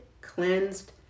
cleansed